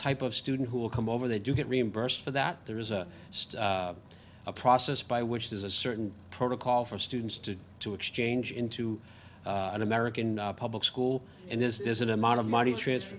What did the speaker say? type of student who will come over they do get reimbursed for that there is a process by which is a certain protocol for students to to exchange into an american public school and this is an amount of money